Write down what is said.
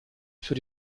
für